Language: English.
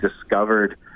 discovered